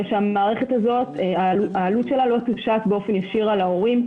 שהעלות של המערכת הזאת לא תושת באופן ישיר על ההורים.